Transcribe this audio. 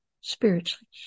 spiritually